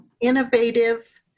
innovative